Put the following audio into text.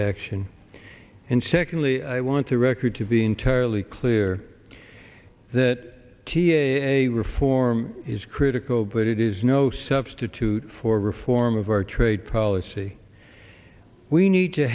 action and secondly i want to record to be entirely clear that a reform is critical but it is no substitute for reform of our trade policy we need to